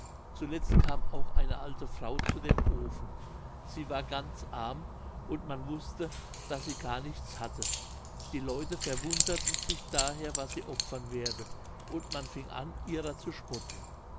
zuletzt kam auch eine alte frau zu dem ofen sie war ganz arm und man wußte daß sie gar nichts hatte die leute verwunderten sich daher was sie opfern werde und man fing an ihrer zu spotten